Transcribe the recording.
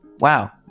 Wow